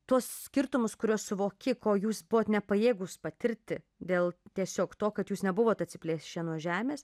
tuos skirtumus kuriuos suvoki ko jūs buvot nepajėgūs patirti dėl tiesiog to kad jūs nebuvot atsiplėšę nuo žemės